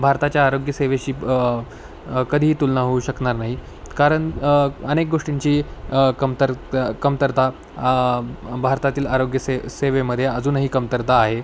भारताच्या आरोग्यसेवेशी ब् कधीही तुलना होऊ शकणार नाही कारण अनेक गोष्टींची कमतर कमतरता भारतातील आरोग्य से सेवेमध्ये अजूनही कमतरता आहे